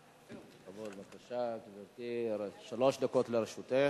בבקשה, גברתי, שלוש דקות לרשותך.